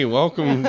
welcome